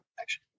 action